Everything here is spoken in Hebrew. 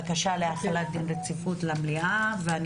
עכשיו נוכל להעלות את הבקשה להחלת דין רציפות למליאה ואני